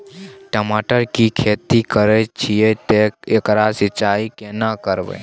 टमाटर की खेती करे छिये ते एकरा सिंचाई केना करबै?